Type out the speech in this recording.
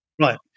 Right